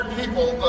people